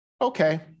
Okay